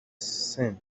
same